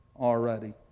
already